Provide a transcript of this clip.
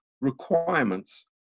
requirements